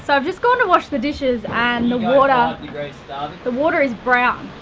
so i've just gone to wash the dishes and the water ah but the water is brown.